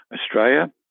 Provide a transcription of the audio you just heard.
Australia